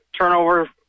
turnover